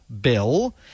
bill